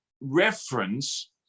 reference